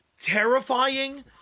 terrifying